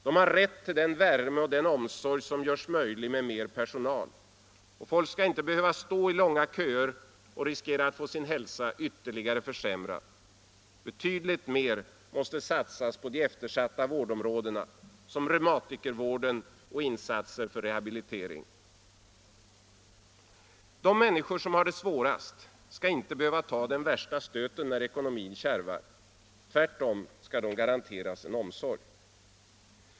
De har rätt till den värme och den omsorg som görs möjlig med mer personal. Folk skall inte behöva stå i långa köer och riskera att få sin hälsa ytterligare försämrad. Betydligt mer måste satsas på de eftersatta vårdområdena, som reumatikervården och insatser för rehabilitering. De människor som har det svårast skall inte behöva ta den värsta stöten när ekonomin kärvar. Tvärtom skall de garanteras god omsorg.